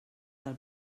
del